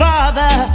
Father